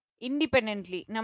independently